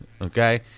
Okay